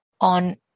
on